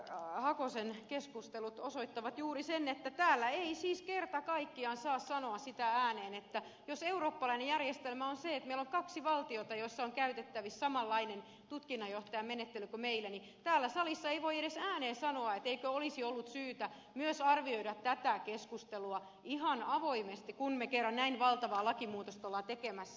hakosen keskustelut osoittavat juuri sen että täällä salissa ei siis kerta kaikkiaan saa edes sanoa sitä ääneen että jos eurooppalainen järjestelmä on se että meillä on kaksi valtiota joissa on käytettävissä samanlainen tutkinnanjohtajamenettely kuin meillä niin eikö olisi ollut syytä myös arvioida tätä keskustelua ihan avoimesti kun me kerran näin valtavaa lakimuutosta olemme tekemässä